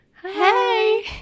Hey